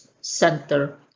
Center